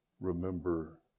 remember